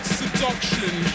seduction